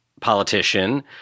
politician